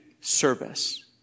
service